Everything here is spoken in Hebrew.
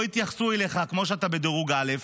לא יתייחסו אליך כמו כשאתה בדירוג א'.